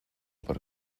per